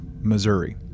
Missouri